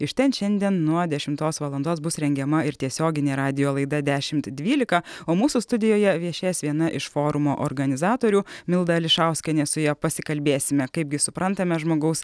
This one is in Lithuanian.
iš ten šiandien nuo dešimtos valandos bus rengiama ir tiesioginė radijo laida dešimt dvylika o mūsų studijoje viešės viena iš forumo organizatorių milda ališauskienė su ja pasikalbėsime kaip gi suprantame žmogaus